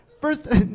first